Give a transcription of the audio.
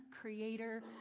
Creator